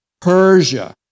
Persia